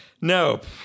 Nope